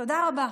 תודה רבה.